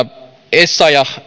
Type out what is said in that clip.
essayah